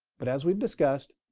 but as we've discussed,